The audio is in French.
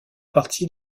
partie